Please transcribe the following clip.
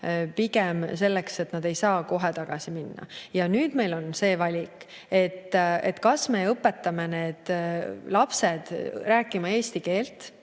pigem selleks, et nad ei saa kohe tagasi minna. Ja nüüd meil on see valik, kas me õpetame need lapsed rääkima eesti keelt.